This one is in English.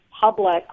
public